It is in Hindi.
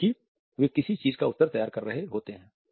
क्योंकि वे किसी चीज का उत्तर तैयार कर रहे होते है